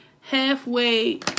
halfway